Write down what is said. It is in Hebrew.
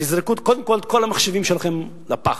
תזרקו, קודם כול, את כל המחשבים שלכם לפח.